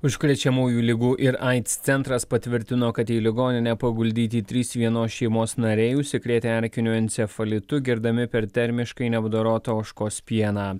užkrečiamųjų ligų ir aids centras patvirtino kad į ligoninę paguldyti trys vienos šeimos nariai užsikrėtę erkiniu encefalitu gerdami per termiškai neapdorotą ožkos pieną